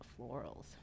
florals